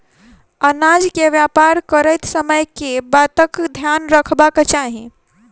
अनाज केँ व्यापार करैत समय केँ बातक ध्यान रखबाक चाहि?